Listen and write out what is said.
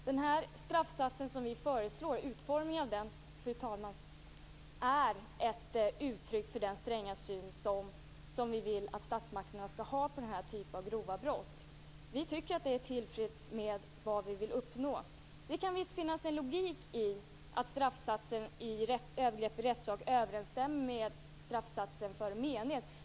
Fru talman! Utformningen av den straffsats som vi föreslår är ett uttryck för den stränga syn som vi vill att statsmakterna skall ha på den här typen av grova brott. Vi tycker att den motsvarar vad vi vill uppnå. Det kan visst finnas en logik i att straffsatsen för övergrepp i rättssak överensstämmer med straffsatsen för mened.